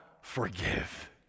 forgive